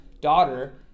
daughter